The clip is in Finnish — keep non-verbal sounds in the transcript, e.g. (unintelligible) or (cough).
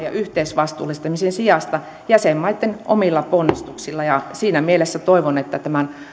(unintelligible) ja yhteisvastuullistamisen sijasta jäsenmaitten omilla ponnistuksilla ja siinä mielessä toivon että tämän